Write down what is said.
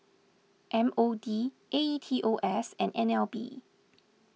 M O D A E T O S and N L B